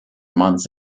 months